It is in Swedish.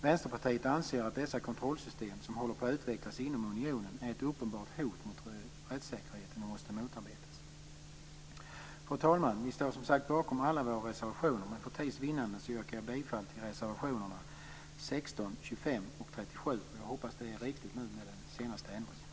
Vänsterpartiet anser att dessa kontrollsystem som håller på att utvecklas inom unionen är ett uppenbart hot mot rättssäkerheten och måste motarbetas. Fru talman! Vi står som sagt bakom alla våra reservationer, men för tids vinnande yrkar jag bifall bara till reservationerna 16, 25 och 37. Jag hoppas att det blev riktigt efter den senaste ändringen.